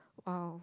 !wow!